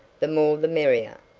the more the merrier,